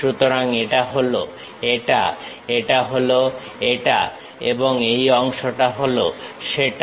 সুতরাং এটা হল এটা এটা হল এটা এবং এই অংশটা হলো সেটা